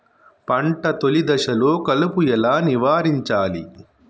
పంట తొలి దశలో కలుపు ఎలా నివారించాలి?